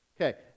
Okay